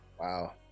Wow